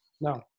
no